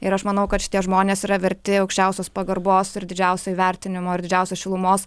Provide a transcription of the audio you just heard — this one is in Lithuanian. ir aš manau kad šitie žmonės yra verti aukščiausios pagarbos ir didžiausio įvertinimo ir didžiausios šilumos